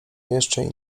jeszcze